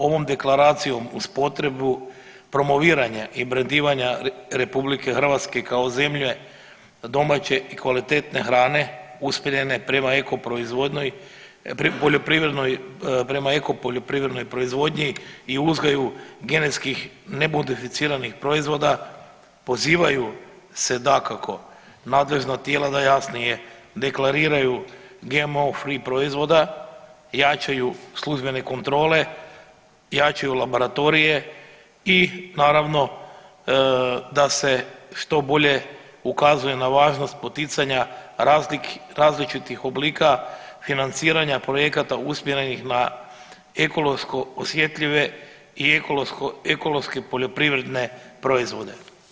Ovom deklaracijom uz potrebu promoviranja i brendiranja Republike Hrvatske kao zemlje domaće i kvalitetne hrane usmjerene prema eko proizvodnji, prema eko poljoprivrednoj proizvodnji i uzgoju genetski nemodificiranih proizvoda pozivaju se dakako nadležna tijela da jasnije deklariraju GMO free proizvoda, jačaju službene kontrole, jačaju laboratorije i naravno da se što bolje ukazuje na važnost poticanja različitih oblika financiranja projekata usmjerenih na ekološki osjetljive i ekološke poljoprivredne proizvode.